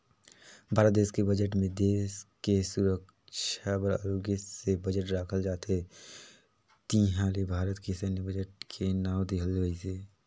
भारत देस के बजट मे देस के सुरक्छा बर अगले से बजट राखल जाथे जिहां ले भारत के सैन्य बजट के नांव देहल गइसे